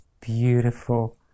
Beautiful